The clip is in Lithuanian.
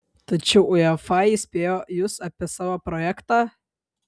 tačiau uefa įspėjo jus apie savo projektą